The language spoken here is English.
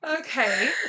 Okay